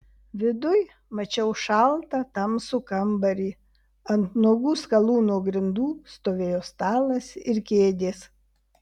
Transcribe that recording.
viduj mačiau šaltą tamsų kambarį ant nuogų skalūno grindų stovėjo stalas ir kėdės